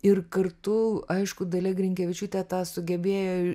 ir kartu aišku dalia grinkevičiūtė tą sugebėjo